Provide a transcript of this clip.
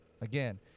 again